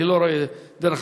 אני לא רואה דרך,